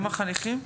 חניכים?